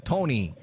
Tony